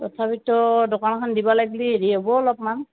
তথাপিতো দোকান এখন দিব লাগলি হেৰি হ'ব অলপমান